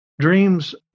dreams